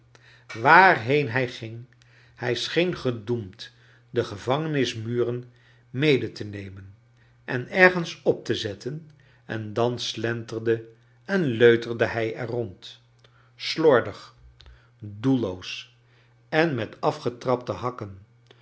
waarheen hij ging hij scheen gedoemd de gevangenismuren mede te nemen en ergens op te zetten en dan slenterde en leuterde hij er rond slordig doelloos en met afgetrapte hakken